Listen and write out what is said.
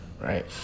right